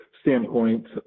standpoint